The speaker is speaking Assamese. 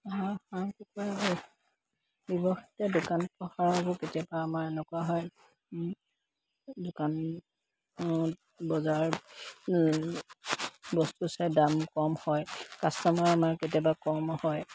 কেতিয়াবা আমাৰ এনেকুৱা হয় দোকান বজাৰৰ বস্তু চাই দাম কম হয় কাষ্টমাৰ আমাৰ কেতিয়াবা কম হয়